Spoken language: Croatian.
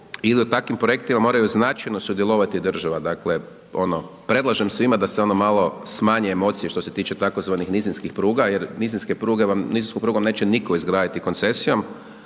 da u takvim projektima moraju značajno sudjelovati država, dakle, predlažem svima da se ono malo smanje emocije što se tiče tzv. nizinskih pruga jer nizinske pruge vam, nizinsku prugu neće nitko izgraditi koncesijom